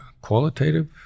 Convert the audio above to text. Qualitative